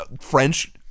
French